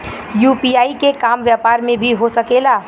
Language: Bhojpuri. यू.पी.आई के काम व्यापार में भी हो सके ला?